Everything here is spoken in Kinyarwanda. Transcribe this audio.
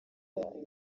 inzara